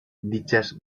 dichas